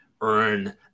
earn